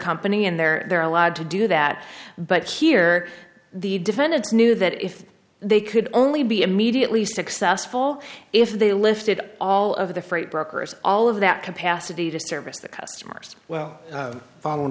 company in there they're allowed to do that but here the defendants knew that if they could only be immediately successful if they lifted all of the freight brokers all of that capacity to service the customers well following